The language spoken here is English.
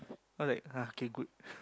I'm like ah K good